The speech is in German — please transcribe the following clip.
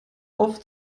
auf